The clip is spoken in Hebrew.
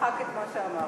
תמחק את מה שאמרתי.